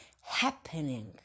happening